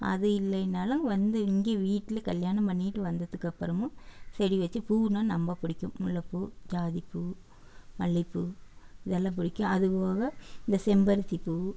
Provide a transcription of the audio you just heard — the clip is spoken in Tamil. அது இல்லைனாலும் வந்து இங்கே வீட்டில் கல்யாணம் பண்ணிக்கிட்டு வந்ததுக்கப்புறமும் செடி வச்சு பூவுனால் ரொம்ப பிடிக்கும் முல்லைப்பூ ஜாதிப்பூ மல்லிகைப்பூ இதெல்லாம் பிடிக்கும் அது போக இந்த செம்பருத்திப்பூ